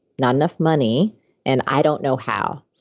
not enough money and i don't know how.